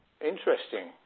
Interesting